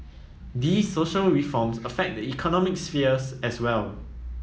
these social reforms affect the economic sphere as well